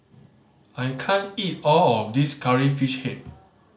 I can't eat all of this Curry Fish Head